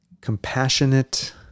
compassionate